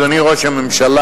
אדוני ראש הממשלה,